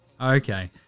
Okay